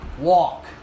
Walk